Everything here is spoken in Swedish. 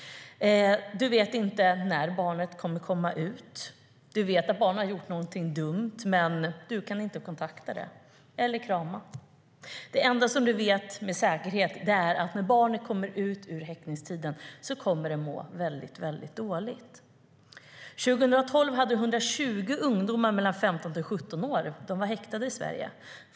Man vet inte när barnet kommer att komma ut. Man vet att barnet har gjort någonting dumt, men du kan inte kontakta barnet, eller krama det. Det enda du vet med säkerhet är att när barnet kommer ut efter häktningstiden kommer det att må väldigt dåligt. År 2012 var 120 ungdomar mellan 15 och 17 år häktade i Sverige.